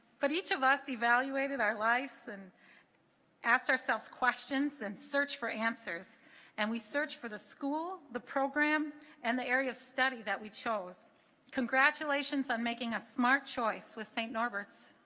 but each of us evaluated our lives and asked ourselves questions and searched for answers and we searched for the school the program and the area of study that we chose congratulations on making a smart choice with st. norbert's